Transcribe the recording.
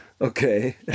Okay